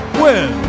win